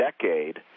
decade